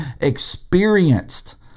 experienced